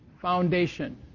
foundation